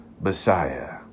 Messiah